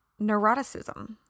neuroticism